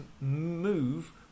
move